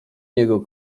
niego